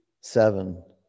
seven